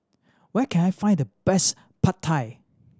where can I find the best Pad Thai